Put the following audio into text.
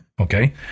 Okay